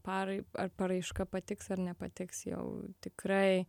parai ar paraiška patiks ar nepatiks jau tikrai